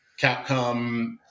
Capcom